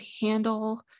handle